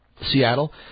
Seattle